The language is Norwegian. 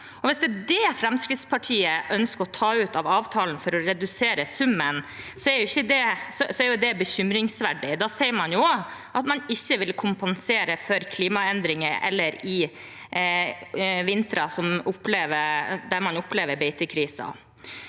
Hvis det er det Fremskrittspartiet ønsker å ta ut av avtalen for å redusere summen, er det bekymringsverdig. Da sier man også at man ikke vil kompensere for klimaendringer eller vintre der man opplever beitekrise.